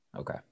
Okay